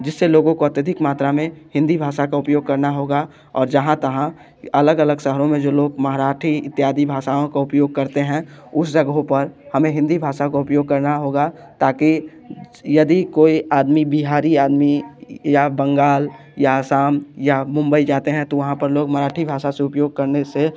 जिससे लोगों को अत्यधिक मात्रा में हिंदी भाषा का उपयोग करना होगा और जहाँ तहाँ अलग अलग शहरों मे जो लोग मराठी इत्यादि भाषाओं का उपयोग करते हैं उस जगहों पर हमें हिंदी भाषा का उपयोग करना होगा ताकि यदि कोई आदमी बिहारी आदमी या बंगाल या असम या मुंबई जाते हैं तो वहाँ पर लोग मराठी भाषा से उपयोग करने से